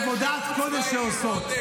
-- עבודת קודש הן עושות,